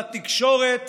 ובתקשורת